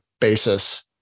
basis